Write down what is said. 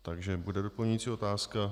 Takže bude doplňující otázka.